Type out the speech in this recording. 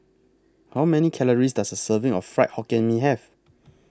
How Many Calories Does A Serving of Fried Hokkien Mee Have